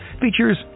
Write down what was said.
features